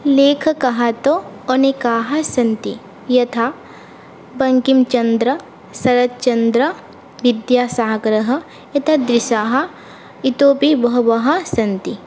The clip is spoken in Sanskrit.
लेखकाः तु अनेकाः सन्ति यथा बङ्किमचन्द्र सरच्चन्द्र विद्यासागरः एतादृशाः इतोपि बहवः सन्ति